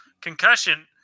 concussion